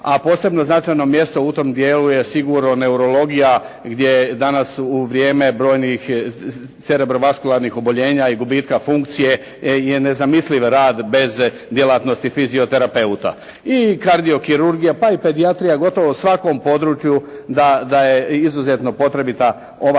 a posebno značajno mjesto u tom dijelu je sigurno neurologija gdje danas u vrijeme brojnih cerebrovaskularnih oboljenja i gubitka funkcije je nezamisliv rad bez djelatnosti fizioterapeuta. I kardiokirurgija, pa i pedijatrija gotovo u svakom području da je izuzetno potrebita ova